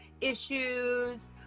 issues